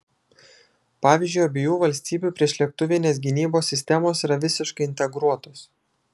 pavyzdžiui abiejų valstybių priešlėktuvinės gynybos sistemos yra visiškai integruotos